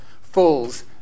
falls